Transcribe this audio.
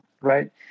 right